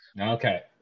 Okay